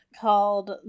called